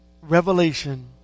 revelation